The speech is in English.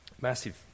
Massive